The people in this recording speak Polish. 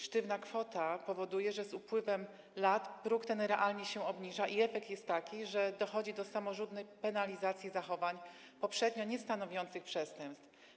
Sztywna kwota powoduje, że z upływem lat próg ten realnie się obniża i efekt jest taki, że dochodzi do samorzutnej penalizacji zachowań poprzednio niestanowiących przestępstw.